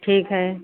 ठीक है